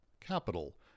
Capital